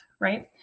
right